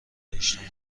اجتماع